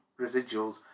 residuals